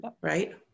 Right